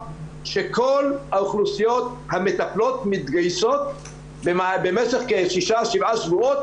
שכל האוכלוסיות המטפלות מתגייסות במשך כשישה-שבעה שבועות,